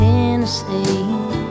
Tennessee